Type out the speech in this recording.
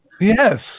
Yes